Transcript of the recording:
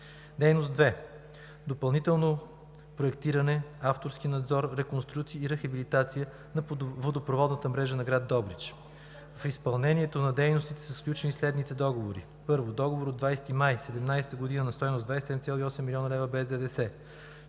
Дейност втора – Допълнително проектиране, авторски надзор, реконструкция и рехабилитация на водопроводната мрежа на град Добрич. В изпълнението на дейностите са сключени следните договори: 1. Договор от 20 май 2017 г. на стойност 27,8 млн. лв. без ДДС.